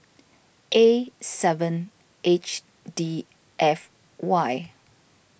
A seven H D F Y